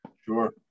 Sure